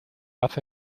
hace